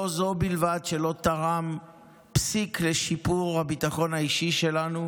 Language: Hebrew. לא זו בלבד שלא תרם פסיק לשיפור הביטחון האישי שלנו,